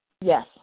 Yes